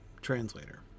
translator